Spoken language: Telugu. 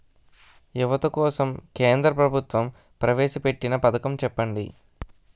యువత కోసం కేంద్ర ప్రభుత్వం ప్రవేశ పెట్టిన పథకం చెప్పండి?